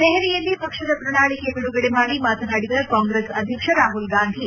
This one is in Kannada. ದೆಹಲಿಯಲ್ಲಿ ಪಕ್ಷದ ಪ್ರಣಾಳಿಕೆ ಬಿಡುಗಡೆ ಮಾಡಿ ಮಾತನಾಡಿದ ಕಾಂಗ್ರೆಸ್ ಅಧ್ಯಕ್ಷ ರಾಹುಲ್ ಗಾಂಧಿ